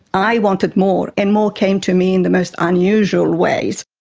i wanted more, and more came to me in the most unusual ways.